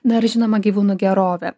dar žinoma gyvūnų gerovė